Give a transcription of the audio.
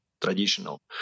traditional